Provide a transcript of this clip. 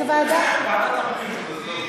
לוועדת הפנים.